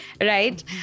right